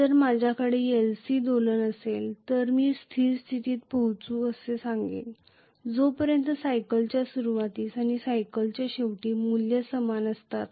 जर माझ्याकडे LC दोलन असेल तर मी स्थिर स्थितीत पोहोचू असे सांगेन जोपर्यंत या कालचक्राच्या सुरूवातीस आणि कालचक्राच्या शेवटी मूल्ये समान असतात